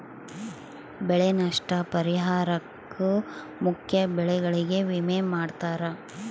ಬೆಳೆ ನಷ್ಟ ಪರಿಹಾರುಕ್ಕ ಮುಖ್ಯ ಬೆಳೆಗಳಿಗೆ ವಿಮೆ ಮಾಡ್ತಾರ